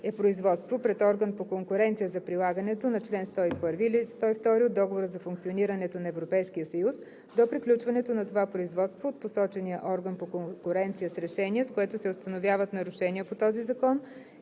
е производство пред орган по конкуренция за прилагането на чл. 101 или 102 от Договора за функционирането на Европейския съюз до приключване на това производство от посочения орган по конкуренция с решение, с което се установяват нарушения по този закон,